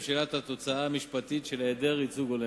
שאלת התוצאה המשפטית של העדר ייצוג הולם.